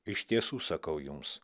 iš tiesų sakau jums